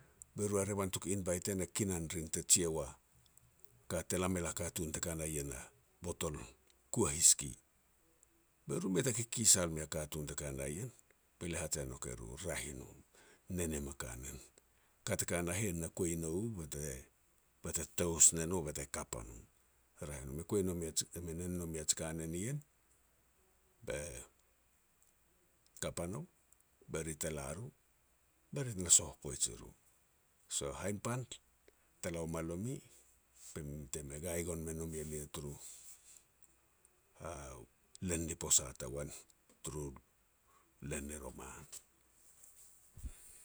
Be ru a revan tuku invite en e kinan rin te jia ua kate la mel a katun te ka na ien, a botol kua hiski, be ru mei ta kikisal mea katun te ka na ien. Be lia haj e nouk e ru, "Raeh i no, nen niam a kanen. Ka te ka na heh na kuai no u bate-bate tous ne no bete kap a no. Raeh i no, me kua nomi ji me nen nomi ji kanen nien bete kap a no, be ri te la ro, be ri te na soh poij i ro. So hainpan te la ua ma lomi be mi te me gai gon me no mi elia, turu len ni posa tagoan turu len ni roman.